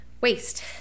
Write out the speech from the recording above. Waste